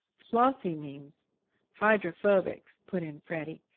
flossie means hydrophobics, put in freddie.